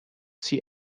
see